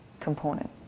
component